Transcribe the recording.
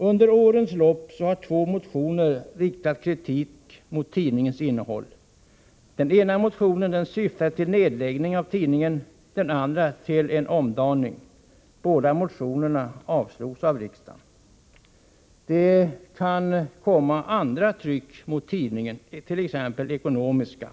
Under årens lopp har i två motioner riktats kritik mot tidningens innehåll. Den ena motionen syftade till nedläggning av tidningen, den andra till en omdaning av den. Båda motionerna avslogs av riksdagen. Tidningen kan också komma att utsättas för andra försök till påtryckningar, t.ex. av ekonomisk art.